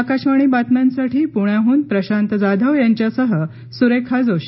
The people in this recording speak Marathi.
आकाशवाणी बातम्यांसाठी पुण्याहन प्रशांत जाधव यांच्यासह सुरेखा जोशी